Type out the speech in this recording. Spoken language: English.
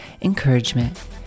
encouragement